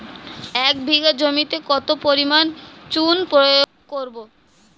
এক বিঘা জমিতে কত পরিমাণ চুন প্রয়োগ করব?